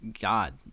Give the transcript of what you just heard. god